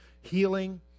healing